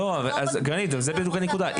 זו בדיוק הנקודה,